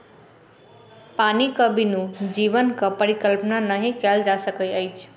पानिक बिनु जीवनक परिकल्पना नहि कयल जा सकैत अछि